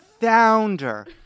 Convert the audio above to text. founder